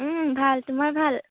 ভাল তোমাৰ ভাল